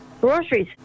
groceries